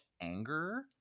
anger